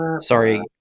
Sorry